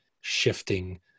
shifting